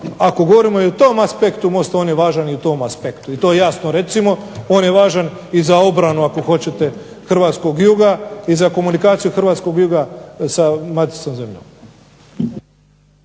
ako govorimo i o tom aspektu mosta on je važan i u tom aspektu i to jasno recimo. On je važan i za obranu ako hoćete hrvatskog juga i za komunikaciju hrvatskog juga sa maticom zemljom.